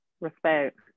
Respect